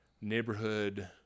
neighborhood